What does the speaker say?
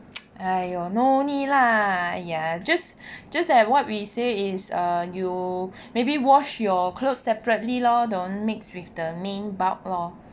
!aiyo! no need lah !aiya! just just that what we say is err you maybe wash your clothes separately lor don't mix with the main bulk lor